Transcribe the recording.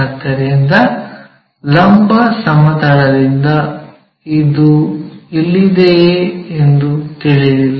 ಆದ್ದರಿಂದ ಲಂಬ ಸಮತಲದಿಂದ ಅದು ಇಲ್ಲಿದೆಯೇ ಎಂದು ತಿಳಿದಿಲ್ಲ